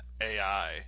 AI